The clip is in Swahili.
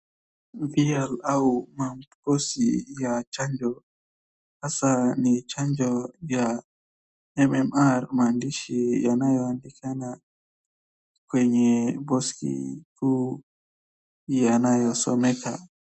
Mbia au makosi ya chanjo, hasaa ni chanjo ya MMR maandishi yanayoandikana kwenye boxi kuu yanayosomeka.